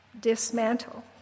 dismantle